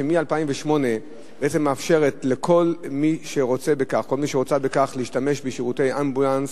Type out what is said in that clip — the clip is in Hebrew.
שמ-2008 בעצם מאפשר לכל מי שרוצה בכך להשתמש בשירותי אמבולנס,